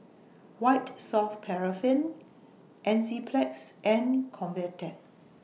White Soft Paraffin Enzyplex and Convatec